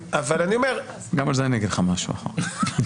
אני אומר --- גם על זה אני אגיד לך משהו אחר כך.